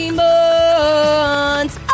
months